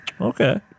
Okay